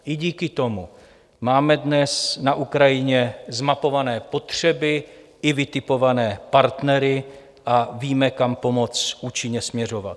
I díky tomu máme dnes na Ukrajině zmapované potřeby i vytipované partnery a víme, kam pomoc účinně směřovat.